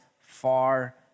far